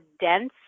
dense